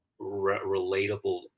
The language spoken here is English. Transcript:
relatable